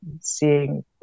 seeing